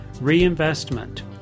Reinvestment